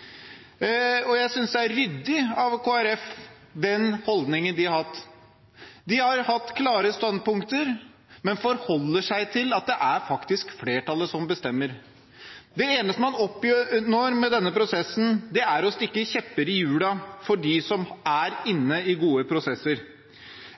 Kristelig Folkeparti har hatt, er ryddig. De har hatt klare standpunkter, men forholder seg til at det faktisk er flertallet som bestemmer. Det eneste man oppnår med denne prosessen, er å stikke kjepper i hjulene for dem som er inne i gode prosesser.